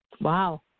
Wow